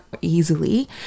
easily